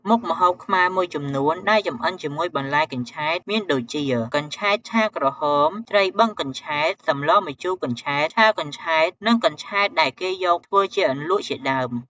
មុខម្ហូបខ្មែរមួយចំនួនដែលចម្អិនជាមួយបន្លែកញ្ឆែតមានដូចជា កញ្ឆែតឆាក្រហម ត្រីបឹងកញ្ឆែត សម្លម្ជូរកញ្ឆែត ឆាកញ្ឆែត និងកញ្ឆែតដែលគេយកធ្វើជាអន្លក់ជាដើម។